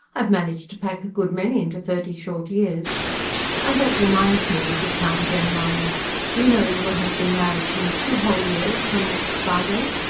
i've managed to pack a good many into thirty short years and that reminds me, mrs. townshend-mahony, do you know you will have been married to me two whole years, come next friday?